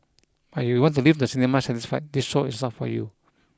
but if you want to leave the cinema satisfied this show is not for you